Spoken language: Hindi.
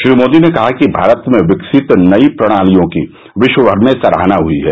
श्री मोदी ने कहा कि भारत में विकसित नई प्रणालियों की विश्वभर में सराहना हुई है